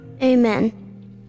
Amen